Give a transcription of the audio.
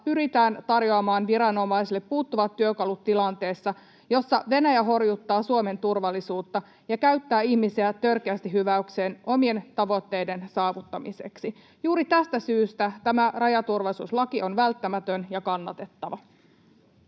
pyritään tarjoamaan viranomaisille puuttuvat työkalut tilanteessa, jossa Venäjä horjuttaa Suomen turvallisuutta ja käyttää ihmisiä törkeästi hyväkseen omien tavoitteiden saavuttamiseksi. Juuri tästä syystä tämä rajaturvallisuuslaki on välttämätön ja kannatettava.